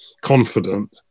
confident